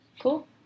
Cool